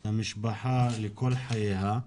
את המשפחה לכל חייה.